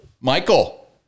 Michael